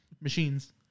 machines